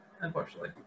unfortunately